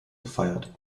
gefeiert